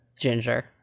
ginger